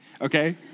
okay